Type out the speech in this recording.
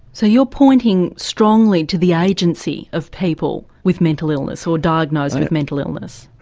so you are pointing strongly to the agency of people with mental illness or diagnosed with mental illness.